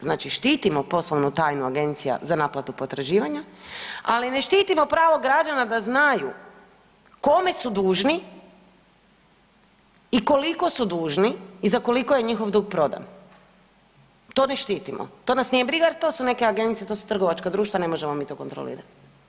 Znači štitimo poslovnu tajnu agencija za naplatu potraživanja, ali ne štitimo pravo građana da znaju kome su dužni i koliko su dužni i za koliko je njihov dug prodan, to ne štitimo, to nas nije briga jer to su neke agencije, to su trgovačka društva ne možemo mi to kontrolirat.